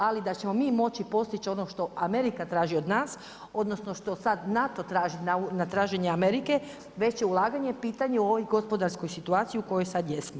Ali da ćemo mi moći postići ono što Amerika traži od nas odnosno što sada NATO traži na traženje Amerike, veće ulaganje je pitanje u ovoj gospodarskoj situaciji u kojoj sada jesmo.